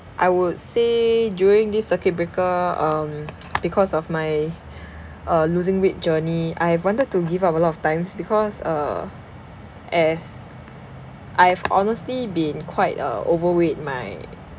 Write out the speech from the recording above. I would say during this circuit breaker um because of my uh losing weight journey I have wanted to give up a lot of times because uh as I've honestly been quite uh overweight my